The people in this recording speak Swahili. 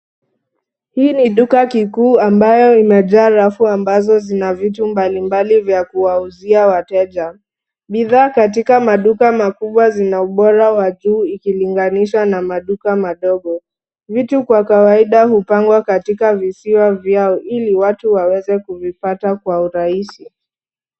Hii ni duka kikuu ambayo inajaa rafu ambazo zina vitu mbalimbali vya kuwauzia wateja, bidhaa katika maduka makubwa zina ubora wa juu ikilinganishwa na maduka madogo, vitu kwa kawaida hupangwa katika visiwa vyao ili watu waweze kuvipata kwa urahisi.